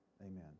Amen